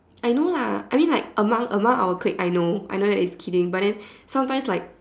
I know lah I mean like among among our clique I know I know that it's kidding but then sometimes like